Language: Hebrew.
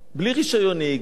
בלי רשיון נהיגה,